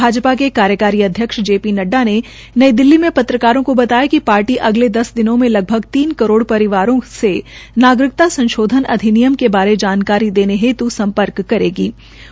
भाजपा के कार्यकारी अध्यक्ष जे पी नड्डा ने नई दिल्ली में पत्रकारों को बताया कि पार्टी अगले दस दिनों में लगभग तीन करोड़ परिवारों से नागरिकता संशोधन अधिनियम के बारे में जानकारी देने हेत् सम्पर्क करेंगे